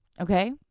Okay